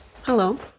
Hello